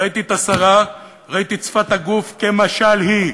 ראיתי את השרה, ראיתי את שפת הגוף, כמשל היא.